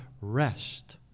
rest